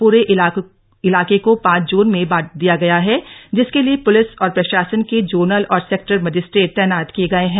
पूरे इलाके को पांच जोन में बांट दिया है जिसके लिए पुलिस और प्रशासन के जोनल और सेक्टर मजिस्टेट तैनात किए गए है